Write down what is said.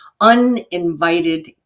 uninvited